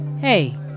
hey